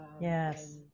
Yes